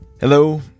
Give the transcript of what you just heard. Hello